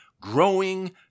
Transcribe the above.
growing